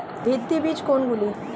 ভিত্তি বীজ কোনগুলি?